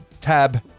Tab